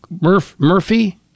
Murphy